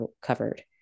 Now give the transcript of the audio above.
covered